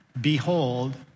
Behold